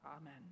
Amen